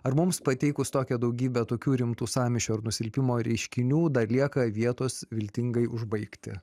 ar mums pateikus tokią daugybę tokių rimtų sąmyšio ir nusilpimo reiškinių dar lieka vietos viltingai užbaigti